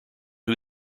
who